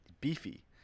Beefy